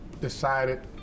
decided